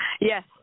Yes